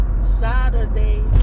Saturday